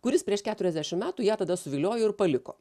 kuris prieš keturiasdešim metų ją tada suviliojo ir paliko